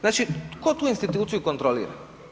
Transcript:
Znači tko tu instituciju kontrolira?